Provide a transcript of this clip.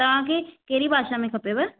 तव्हांखे कहिड़ी भाषा में खपेव